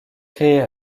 créés